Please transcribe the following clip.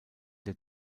der